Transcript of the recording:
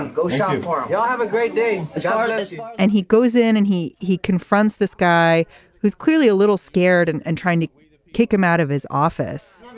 go shopping. well have a great day so and he goes in and he he confronts this guy who's clearly a little scared and and trying to kick him out of his office.